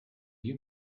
you